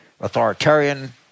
authoritarian